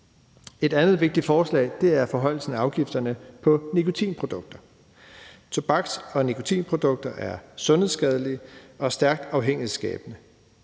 Et andet vigtigt forslag er forhøjelsen af afgifterne på nikotinprodukter. Tobaks- og nikotinprodukter er sundhedsskadelige og stærkt afhængighedsskabende.